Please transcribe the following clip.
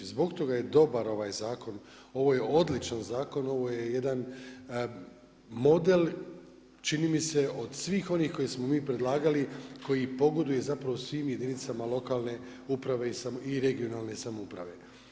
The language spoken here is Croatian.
Zbog toga je dobar ovaj zakon, ovo je odličan zakon ovo je jedan model čini mi se od svih onih koje smo mi predlagali koji pogoduje svim jedinicama lokalne u prave i regionalne samouprave.